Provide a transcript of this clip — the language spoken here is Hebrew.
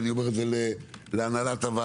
ואני אומר את זה לי ואני אומר את זה להנהלת הוועדה,